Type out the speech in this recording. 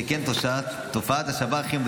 -- שכן תופעת השב"חים,